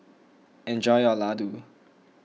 enjoy your Laddu